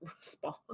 respond